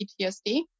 PTSD